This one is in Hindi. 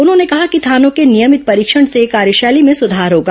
उन्होंने कहा कि थानों के नियमित निरीक्षण से कार्यशैली में सुधार होगा